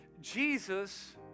Jesus